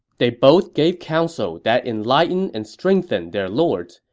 they both gave counsel that enlightened and strengthened their lords.